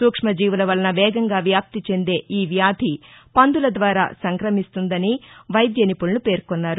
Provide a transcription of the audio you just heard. సూక్నజీవుల వలన వేగంగా వ్యాప్తి చెందే ఈ వ్యాధి పందుల ద్వారా సంక్రమిస్తుందని వైద్య నిపుణులు పేర్కొన్నారు